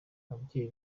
ababyeyi